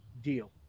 deal